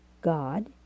God